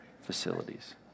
facilities